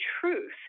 truth